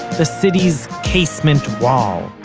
the city's casement wall.